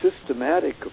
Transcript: systematic